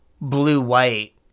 blue-white